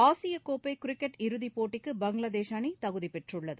ஆசியக்கோப்பை கிரிக்கெட் இறுதிப் போட்டிக்கு பங்களாதேஷ் அணி தகுதி பெற்றுள்ளது